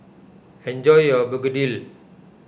enjoy your Begedil